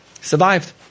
survived